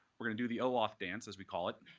we're going to do the olaf dance as we call it.